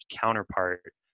counterpart